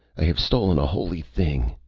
i have stolen a holy thing.